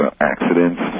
accidents